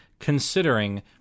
considering